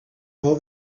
all